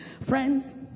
Friends